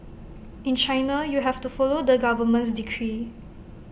in China you have to follow the government's decree